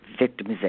victimization